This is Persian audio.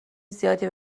زیادی